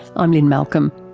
i'm lynne malcolm.